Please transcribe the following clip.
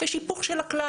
יש היפוך של הכלל.